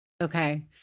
Okay